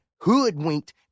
hoodwinked